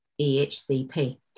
EHCP